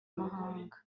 mahanga